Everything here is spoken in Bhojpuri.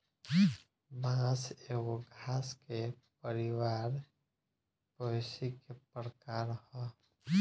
बांस एगो घास के परिवार पोएसी के प्रकार ह